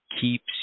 keeps